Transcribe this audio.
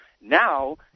Now